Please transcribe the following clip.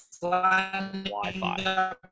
Wi-Fi